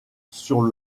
sur